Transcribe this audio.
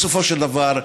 בסופו של דבר,